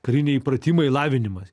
kariniai pratimai lavinimas